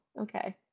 Okay